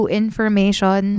information